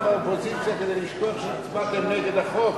לשבת באופוזיציה כדי לשכוח שהצבעתם נגד החוק?